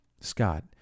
Scott